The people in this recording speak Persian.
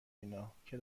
اینا، که